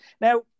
Now